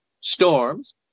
storms